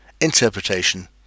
interpretation